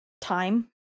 time